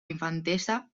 infantesa